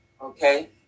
Okay